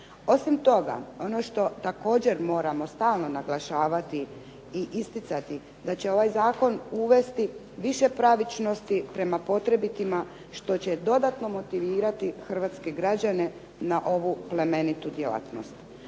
Osim toga, ono što također moramo stalno naglašavati i isticati, da će ovaj zakon uvesti više pravičnosti prema potrebitima što će dodatno motivirati hrvatske građane na ovu plemenitu djelatnost.